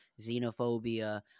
xenophobia